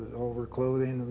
her clothing.